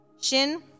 shin